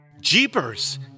Jeepers